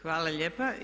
Hvala lijepa.